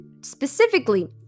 Specifically